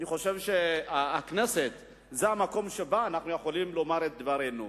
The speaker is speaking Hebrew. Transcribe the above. אני חושב שהכנסת היא המקום שבו אנחנו יכולים לומר את דברנו.